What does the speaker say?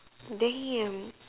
damn